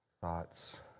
thoughts